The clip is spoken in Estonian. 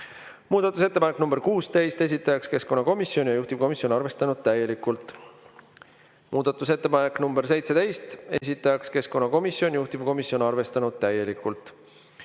Muudatusettepanek nr 16, esitajaks keskkonnakomisjon ja juhtivkomisjon on arvestanud täielikult. Muudatusettepanek nr 17, esitajaks keskkonnakomisjon, juhtivkomisjon on arvestanud täielikult.